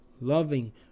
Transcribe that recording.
loving